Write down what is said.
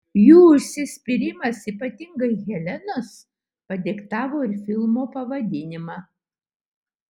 jų užsispyrimas ypatingai helenos padiktavo ir filmo pavadinimą